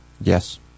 Yes